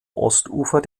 ostufer